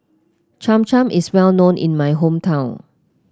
Cham Cham is well known in my hometown